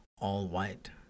all-white